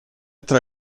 tra